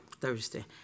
Thursday